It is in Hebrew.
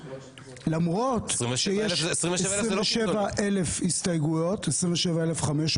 למרות שיש 27,000 הסתייגויות --- 27,000 זה לא קיצוני.